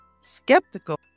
skeptical